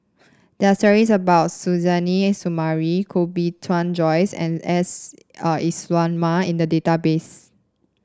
there are stories about Suzairhe Sumari Koh Bee Tuan Joyce and S Iswaran in the database